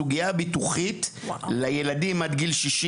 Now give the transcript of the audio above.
הסוגיה הביטוחית לילדים עד גיל 60